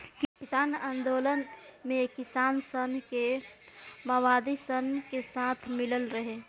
किसान आन्दोलन मे किसान सन के मओवादी सन के साथ मिलल रहे